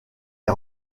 est